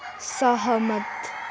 सहमत